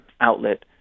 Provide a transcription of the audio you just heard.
outlet